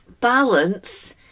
balance